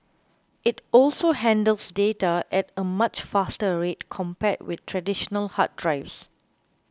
it also handles data at a much faster rate compared with traditional hard drives